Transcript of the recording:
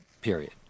period